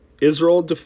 Israel